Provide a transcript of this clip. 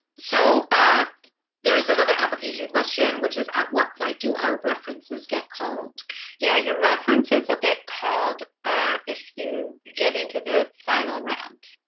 so there is another application question which is what point do our references get called yeah your references will get called ah if you get into the final round